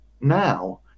now